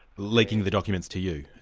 leaking the documents to you